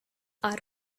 are